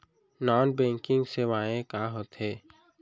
Non banking सेवाएं का होथे?